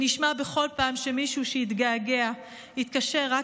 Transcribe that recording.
שנשמע בכל פעם שמישהו שהתגעגע התקשר רק